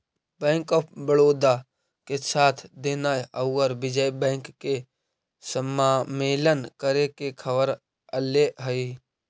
bank of Baroda के साथ देना औउर विजय बैंक के समामेलन करे के खबर अले हई